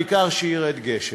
העיקר שירד גשם,